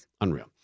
unreal